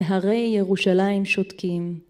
הרי ירושלים שותקים.